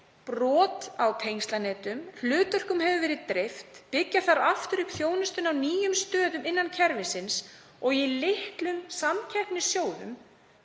brot á tengslanetum, hlutverkum hefur verið dreift, byggja á aftur upp þjónustuna á nýjum stöðum innan kerfisins og í litlum samkeppnissjóðum